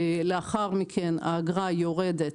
לאחר מכן, האגרה יורדת